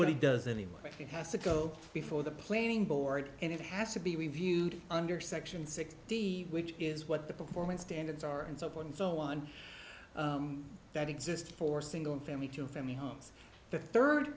what he does anyway it has to go before the planning board and it has to be reviewed under section six d which is what the performance standards are and so forth and so on that exist for single family to family homes the third